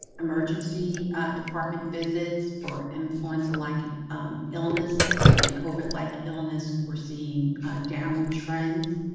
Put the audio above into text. emergency department visits for influenza-like illness and covid-like illness, we're seeing a downward trends